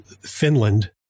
Finland